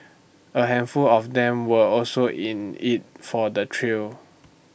A handful of them were also in IT for the thrill